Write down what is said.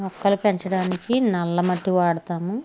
మొక్కలు పెంచడానికి నల్ల మట్టి వాడుతాము